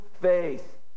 faith